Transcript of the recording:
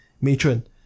Matron